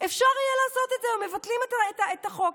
אפשר יהיה לעשות את זה, מבטלים את החוק.